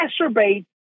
exacerbate